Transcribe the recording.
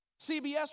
CBS